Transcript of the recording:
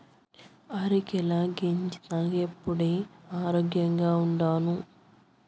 అరికెల గెంజి తాగేప్పుడే ఆరోగ్యంగా ఉండాను